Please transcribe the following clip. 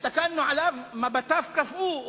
הסתכלנו עליו, מבטיו קפאו.